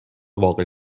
واقع